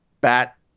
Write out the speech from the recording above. Bat